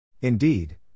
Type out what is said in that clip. Indeed